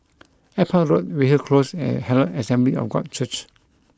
Airport Road Weyhill Close and Herald Assembly of God Church